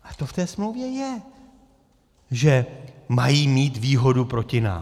A to v té smlouvě je, že mají mít výhodu proti nám.